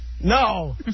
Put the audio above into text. No